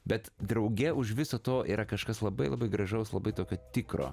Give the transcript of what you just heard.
bet drauge už viso to yra kažkas labai labai gražaus labai tokio tikro